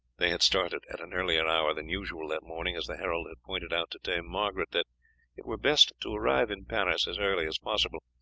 they had started at an earlier hour than usual that morning, as the herald had pointed out to dame margaret, that it were best to arrive in paris as early as possible,